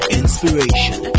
inspiration